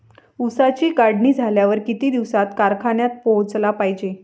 ऊसाची काढणी झाल्यावर किती दिवसात कारखान्यात पोहोचला पायजे?